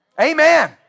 Amen